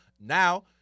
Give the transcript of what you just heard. now